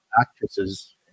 actresses